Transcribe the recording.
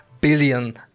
billion